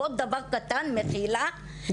ועוד דבר קטן ואחרון.